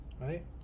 right